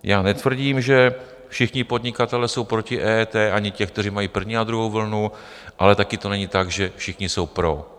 Já netvrdím, že všichni podnikatelé jsou proti EET, ani ti, kteří mají první a druhou vlnu, ale taky to není tak, že všichni jsou pro.